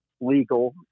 legal